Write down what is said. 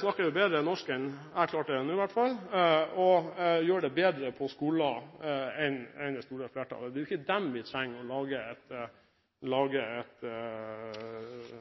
snakker bedre norsk og gjør det bedre på skolen enn det store flertallet. Det er ikke dem vi trenger å lage